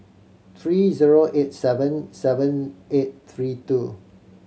three zero eight seven seven eight three two